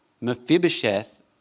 Mephibosheth